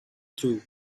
through